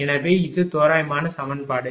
எனவே இது தோராயமான சமன்பாடு